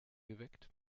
geweckt